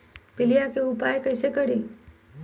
पीलिया के उपाय कई से करी?